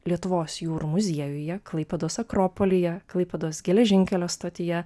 lietuvos jūrų muziejuje klaipėdos akropolyje klaipėdos geležinkelio stotyje